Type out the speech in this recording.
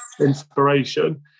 inspiration